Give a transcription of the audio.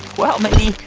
well, mindy,